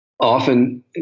Often